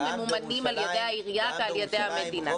ממומנים על ידי העירייה ועל ידי המדינה.